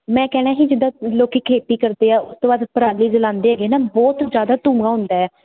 ਮੈਂ ਕਹਿਣਾ ਕਿ ਜਿਦਾਂ ਲੋਕੀ ਖੇਤੀ ਕਰਦੇ ਆ ਉਹਤੋਂ ਬਾਅਦ ਪਰਾਲੀ ਜਲਾਉਂਦੇ ਹੈਗੇ ਨਾ ਬਹੁਤ ਜਿਆਦਾ ਧੂਆ ਹੁੰਦਾ